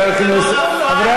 זה לא נפל על נושא כספי.